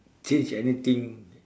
change anything